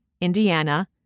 Indiana